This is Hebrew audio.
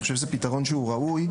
זהו פתרון ראוי.